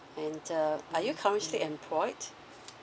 and uh are you currently employed